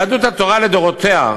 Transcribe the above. יהדות התורה לדורותיה,